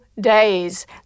days